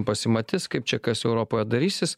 pasimatys kaip čia kas europoje darysis